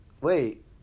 Wait